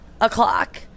o'clock